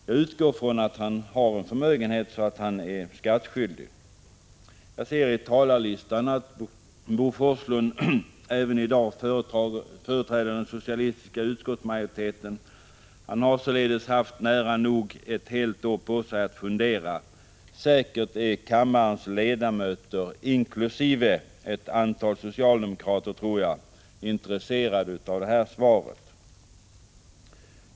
Jag utgår ifrån att företagaren har en förmögenhet så att han är skattskyldig. Jag ser av talarlistan att Bo Forslund även i dag företräder den socialistiska utskottsmajoriteten. Han har således haft nära nog ett helt år på sig att fundera. Säkert är kammarens ledamöter, inkl. ett antal socialdemokrater, intresserade av svaret på denna fråga.